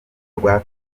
rwa